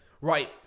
Right